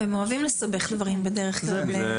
הם אוהבים לסבך דברים בדרך כלל.